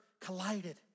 collided